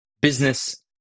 business